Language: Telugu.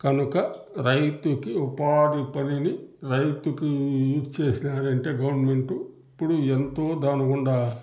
కనుక రైతుకి ఉపాధి పనిని రైతుకు ఇచ్చేసినారంటే గవర్నమెంటు అప్పుడు ఎంతో దాని గుండా